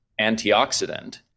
antioxidant